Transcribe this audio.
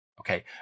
Okay